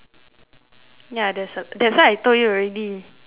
ya that's uh that's why I told you already